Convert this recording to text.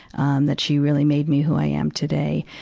um, that she really made me who i am today.